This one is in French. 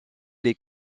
les